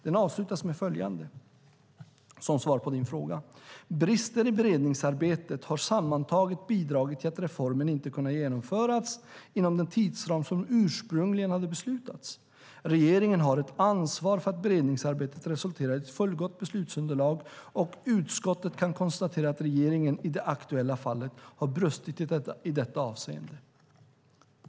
Den avslutas med följande - som svar på din fråga: "Brister i beredningsarbetet har sammantaget bidragit till att reformen inte har kunnat genomföras inom den tidsram som ursprungligen beslutades. Regeringen har ett ansvar för att beredningsarbetet resulterar i ett fullgott beslutsunderlag." Utskottet konstaterar att regeringen i det aktuella fallet har brustit i detta avseende.